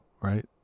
right